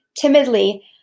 timidly